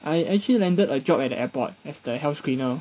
I actually landed a job at the airport as the health screener